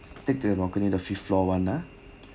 take the balcony the fifth floor [one] ah